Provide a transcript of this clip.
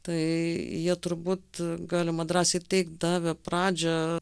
tai jie turbūt galima drąsiai teigt davė pradžią